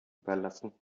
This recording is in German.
überlassen